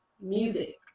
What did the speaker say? music